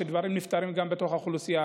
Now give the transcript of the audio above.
שדברים נפתרים גם בתוך האוכלוסייה,